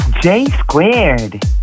J-squared